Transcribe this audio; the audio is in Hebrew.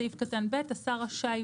(ב) השר רשאי,